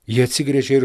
ji atsigręžė ir